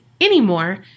anymore